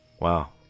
Wow